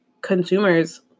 consumers